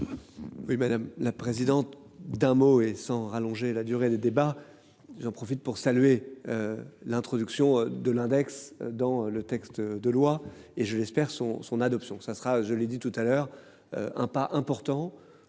Oui madame la présidente. D'un mot et sans rallonger la durée des débats. Ils en profitent pour saluer. L'introduction de l'index dans le texte de loi et je l'espère son son adoption ça sera, je l'ai dit tout à l'heure. Un pas important